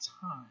time